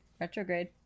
Retrograde